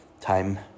time